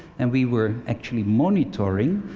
and we were actually monitoring,